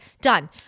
Done